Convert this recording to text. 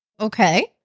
okay